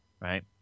right